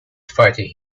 fighting